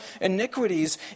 iniquities